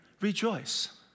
Rejoice